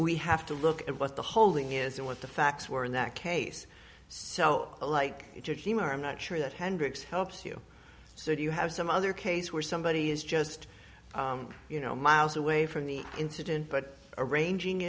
we have to look at what the holding is and what the facts were in that case so like it did he marry not sure that hendricks helps you so you have some other case where somebody is just you know miles away from the incident but arranging